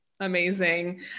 Amazing